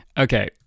Okay